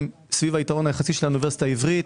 סביב היתרון היחסי של האוניברסיטה העברית,